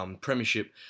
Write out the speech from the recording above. Premiership